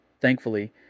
Thankfully